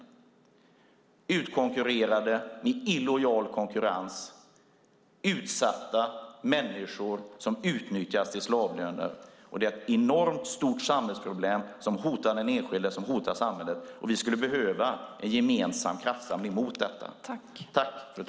Företag blir utkonkurrerade med illojal konkurrens, och utsatta människor utnyttjas till slavlöner. Det är ett enormt samhällsproblem. Det hotar den enskilde och samhället, och vi skulle gemensamt behöva kraftsamla oss mot det.